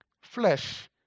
flesh